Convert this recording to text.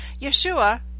Yeshua